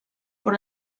por